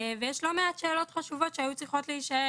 יש לא מעט שאלות חשובות שהיו צריכות להישאל,